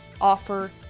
offer